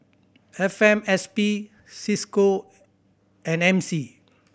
F M S P Cisco and M C